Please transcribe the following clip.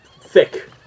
thick